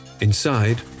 Inside